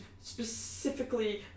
specifically